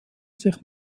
sich